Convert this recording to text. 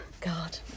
god